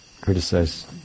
criticize